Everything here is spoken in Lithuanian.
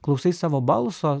klausai savo balso